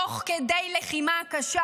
תוך כדי הלחימה הקשה,